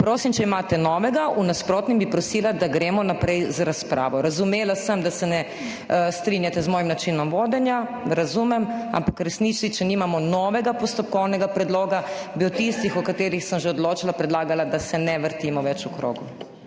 Prosim, če imate novega, v nasprotnem bi prosila, da gremo naprej z razpravo. Razumela sem, da se ne strinjate z mojim načinom vodenja, razumem, ampak v resnici, če nimamo novega postopkovnega predloga, bi za tiste, o katerih sem že odločila, predlagala, da se ne vrtimo več v krogu.